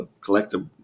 collective